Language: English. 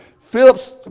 Phillips